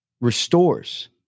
restores